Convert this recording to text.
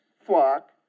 flock